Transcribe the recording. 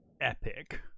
epic